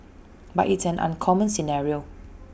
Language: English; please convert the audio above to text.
but it's an uncommon scenario